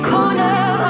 Corner